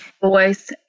voice